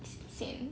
it's insane